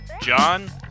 John